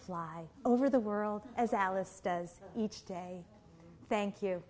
fly over the world as alice does each day thank you